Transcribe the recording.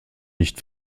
nicht